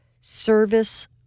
service